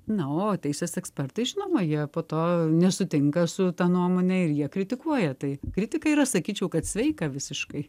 na o teisės ekspertai žinoma jei po to nesutinka su ta nuomone ir jie kritikuoja tai kritika yra sakyčiau kad sveika visiškai